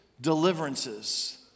deliverances